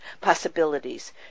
possibilities